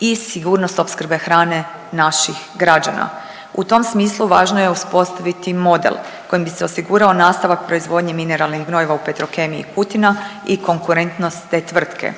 i sigurnost opskrbe hrane naših građana. U tom smislu važno je uspostaviti model kojim bi se osigurao nastavak proizvodnje mineralnih gnojiva u Petrokemiji Kutina i konkurentnost te tvrtke.